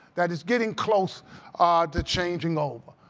that it's getting close to changing over.